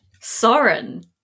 Soren